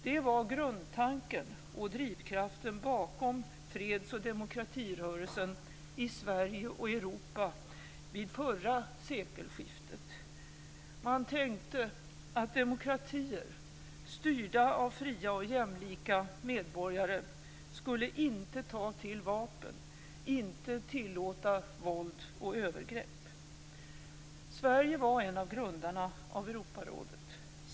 Det var grundtanken och drivkraften bakom freds och demokratirörelsen i Sverige och i Europa vid förra sekelskiftet. Man tänkte att demokratier, styrda av fria och jämlika medborgare, skulle inte ta till vapen, inte tillåta våld och övergrepp. Sverige var en av grundarna av Europarådet.